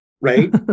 Right